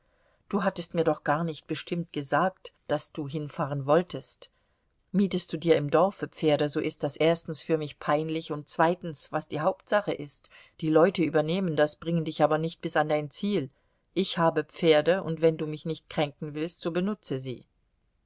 du hattest mir doch gar nicht bestimmt gesagt daß du hinfahren wolltest mietest du dir im dorfe pferde so ist das erstens für mich peinlich und zweitens was die hauptsache ist die leute übernehmen das bringen dich aber nicht bis an dein ziel ich habe pferde und wenn du mich nicht kränken willst so benutze sie